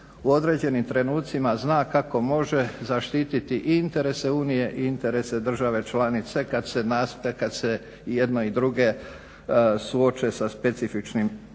u određenim trenucima zna kako može zaštiti i interese Unije i interese države članice kad se i jedne i druge suoče sa specifičnim izazovima.